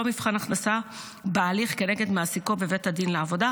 מבחן הכנסה בהליך כנגד מעסיקו בבית הדין לעבודה,